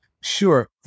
Sure